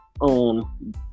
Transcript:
own